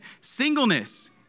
Singleness